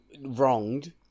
wronged